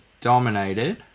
dominated